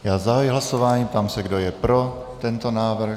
Zahajuji hlasování a ptám se, kdo je pro tento návrh.